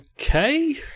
Okay